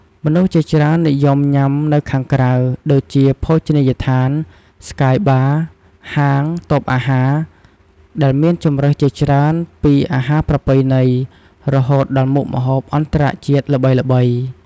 មនុស្សជាច្រើននិយមញ៉ាំនៅខាងក្រៅ ដូចជា ភោជនីយដ្ឋាន ស្កាយបារ៍ ហាង តូបអាហារ ដែលមានជម្រើសជាច្រើនពីអាហារប្រពៃណីរហូតដល់មុខម្ហូបអន្តរជាតិល្បីៗ។